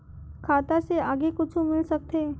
खाता से आगे कुछु मिल सकथे?